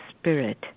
spirit